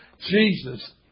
Jesus